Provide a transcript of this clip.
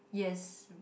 yes